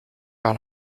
par